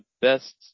best